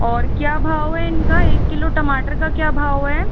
और क्या भाव है इनका एक किलो टमाटर का क्या भाव है